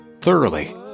thoroughly